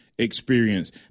experience